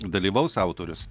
dalyvaus autorius